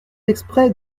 exprès